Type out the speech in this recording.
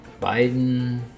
Biden